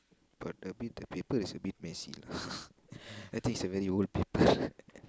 got a bit the people is a bit messy lah I think it's a very old people